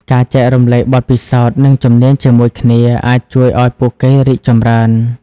ការចែករំលែកបទពិសោធន៍ និងជំនាញជាមួយគ្នា អាចជួយឱ្យពួកគេរីកចម្រើន។